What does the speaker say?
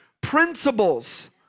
Principles